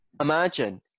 Imagine